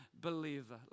believer